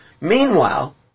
Meanwhile